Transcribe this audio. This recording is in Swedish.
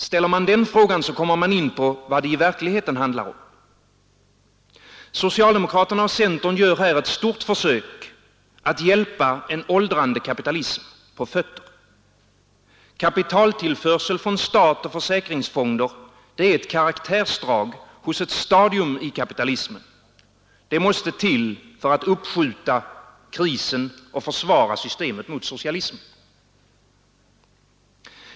Ställer man den frågan, kommer man in på vad det i verkligheten handlar om. Socialdemokraterna och centern gör här ett stort försök att hjälpa en åldrande kapitalism på fötter. Kapitaltillförsel från stat och försäkringsfonder är ett karaktärsdrag hos ett stadium i kapitalismen. Det måste till för att uppskjuta krisen och försvara systemet mot socialismen.